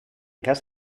cas